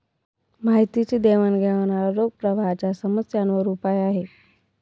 माहितीची देवाणघेवाण हा रोख प्रवाहाच्या समस्यांवर उपाय आहे